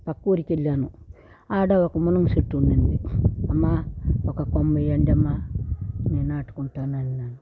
పక్కూరికెళ్ళాను ఆడ ఒక మునగ చెట్టు ఉనింది అమ్మ ఒక కొమ్మ ఇయ్యండమ్మా నేను నాటుకుంటానన్నాను